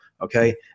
okay